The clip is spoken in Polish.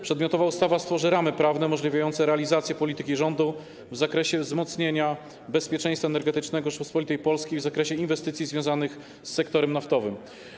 Przedmiotowa ustawa stworzy ramy prawne umożliwiające realizację polityki rządu w zakresie wzmocnienia bezpieczeństwa energetycznego Rzeczypospolitej Polskiej w odniesieniu do inwestycji związanych z sektorem naftowym.